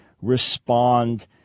respond